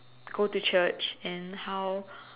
go to church and how